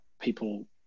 people